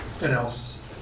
analysis